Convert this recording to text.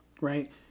Right